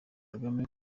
kagame